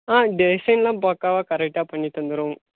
ஆ டிசைன்லாம் பக்காவாக கரெக்டாக பண்ணித் தந்துருவோம்